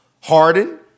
Harden